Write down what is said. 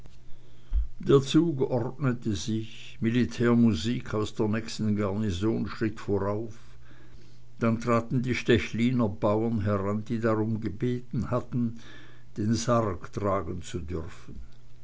der zug ordnete sich militärmusik aus der nächsten garnison schritt vorauf dann traten die stechliner bauern heran die darum gebeten hatten den sarg tragen zu dürfen